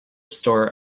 store